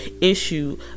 issue